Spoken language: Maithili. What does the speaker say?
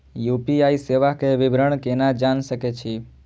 यू.पी.आई सेवा के विवरण केना जान सके छी?